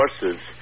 sources